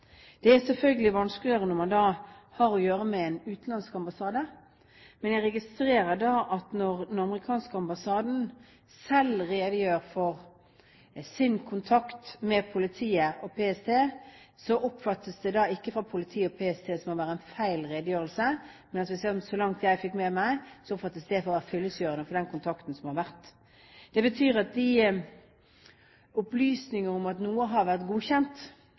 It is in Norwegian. Det er selvfølgelig vanskeligere når man har å gjøre med en utenlandsk ambassade, men jeg registrerer at når den amerikanske ambassaden selv redegjør for sin kontakt med politiet og PST, oppfattes det da ikke av politiet og PST som å være en feil redegjørelse. Men så langt jeg fikk med meg, oppfattes den å være fyllestgjørende for den kontakten som har vært. Det betyr at opplysninger om at noe har vært godkjent,